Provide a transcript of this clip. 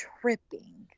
tripping